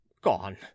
gone